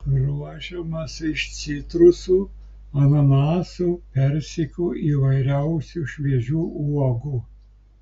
ruošiamas iš citrusų ananasų persikų įvairiausių šviežių uogų